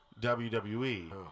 WWE